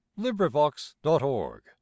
LibriVox.org